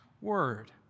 word